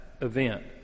event